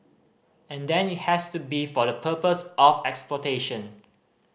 and then it has to be for the purpose of exploitation